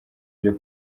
byo